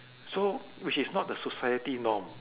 so which is not the society norm